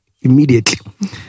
Immediately